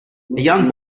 young